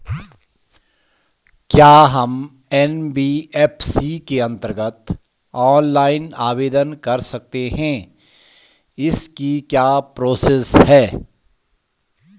क्या हम एन.बी.एफ.सी के अन्तर्गत ऑनलाइन आवेदन कर सकते हैं इसकी क्या प्रोसेस है?